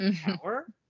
power